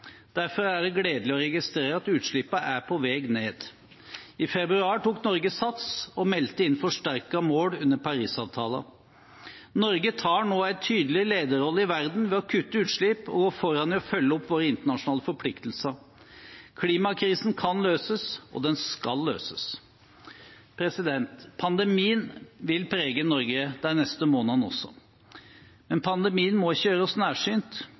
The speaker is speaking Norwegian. Derfor er det gledelig å registrere at utslippene er på vei ned. I februar tok Norge sats og meldte inn et forsterket mål under Parisavtalen. Norge tar nå en tydelig lederrolle i verden ved å kutte utslipp og gå foran i å følge opp våre internasjonale forpliktelser. Klimakrisen kan løses, og den skal løses. Pandemien vil prege Norge de neste månedene også, men pandemien må ikke gjøre oss nærsynt.